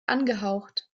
angehaucht